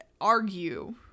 argue